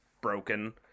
broken